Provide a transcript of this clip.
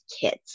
kids